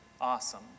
awesome